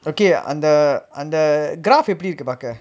okay அந்த அந்த:antha antha graph எப்படி இருக்கு பாக்க:eppadi irukku paaka